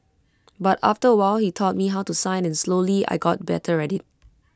but after A while he taught me how to sign and slowly I got better at IT